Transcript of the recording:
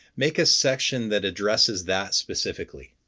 make a section that addresses that specifically.